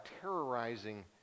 terrorizing